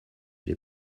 les